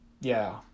Yeah